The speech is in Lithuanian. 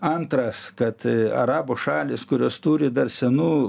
antras kad arabų šalys kurios turi dar senų